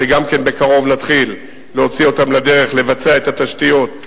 שבקרוב נתחיל להוציא אותם לדרך ולבצע את התשתיות,